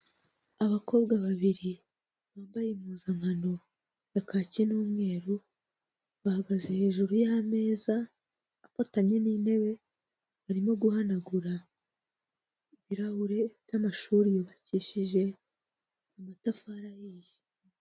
Abakobwa babiri bambaye impuzankano ya kaki n'umweru, bahagaze hejuru y'ameza afatanye n'intebe, barimo guhanagura ibirahure by'amashuri yubakishije amatafari ahiye.